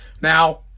Now